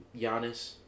Giannis